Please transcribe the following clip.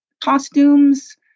costumes